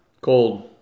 Cold